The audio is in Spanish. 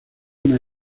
una